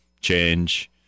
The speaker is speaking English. change